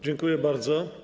Dziękuję bardzo.